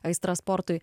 aistra sportui